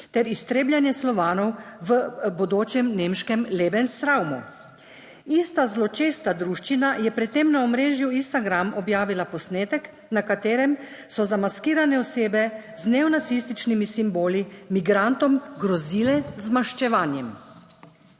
ter iztrebljanje Slovanov v bodočem nemškem Lebensraumu. Ista zločesta druščina je pred tem na omrežju Instagram objavila posnetek, na katerem so zamaskirane osebe z neonacističnimi simboli migrantom grozile z maščevanjem.